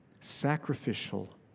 sacrificial